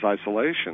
isolation